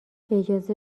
اجازه